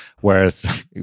Whereas